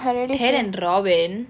ted and robin